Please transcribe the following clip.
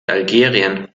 algerien